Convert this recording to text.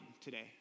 today